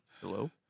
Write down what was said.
Hello